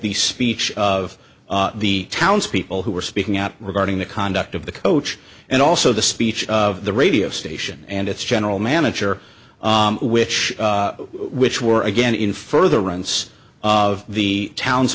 the speech of the townspeople who were speaking out regarding the conduct of the coach and also the speech of the radio station and its general manager which which were again in furtherance of the town